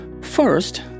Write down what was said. First